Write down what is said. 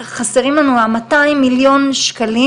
חסרים לנו המאתיים מיליון שקלים.